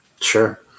Sure